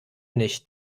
nicht